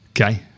Okay